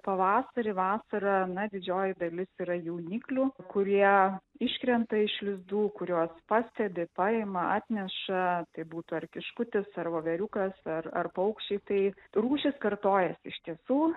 pavasarį vasarą na didžioji dalis yra jauniklių kurie iškrenta iš lizdų kuriuos pastebi paima atneša tai būtų ar kiškutis ar voveriukas ar ar paukščiai tai rūšys kartojasi iš tiesų